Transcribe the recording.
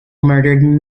murdered